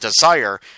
desire